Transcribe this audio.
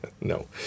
No